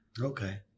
okay